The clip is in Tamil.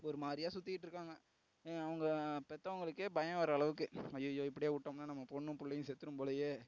ஒருமாதிரியா சுற்றிக்கிட்டு இருக்காங்க அவுங்க பெற்றவங்களுக்கே பயம் வர அளவுக்கு அய்யயோ இப்படியே விட்டோம்ன்னா நம்ம பொண்ணும் பிள்ளையும் செத்துரும் போலையே